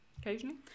Occasionally